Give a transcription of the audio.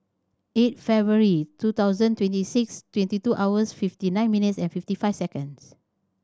eight February two thousand twenty six twenty two hours fifty nine minutes and fifty five seconds